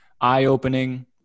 eye-opening